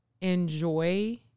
enjoy